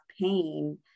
pain